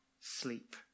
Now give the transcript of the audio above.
sleep